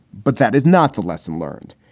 but that is not the lesson learned.